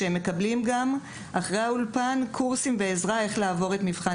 ניתנים גם קורסים על מנת לסייע להם לעבור את מבחן